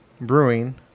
Brewing